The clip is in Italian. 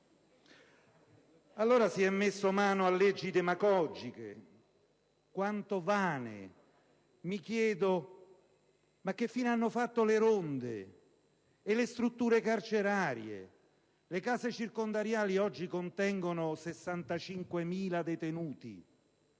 Allora si è messo mano a leggi demagogiche quanto vane. Mi chiedo che fine hanno fatto le ronde e le strutture carcerarie. Le case circondariali oggi contengono 65.000 detenuti